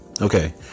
Okay